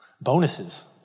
bonuses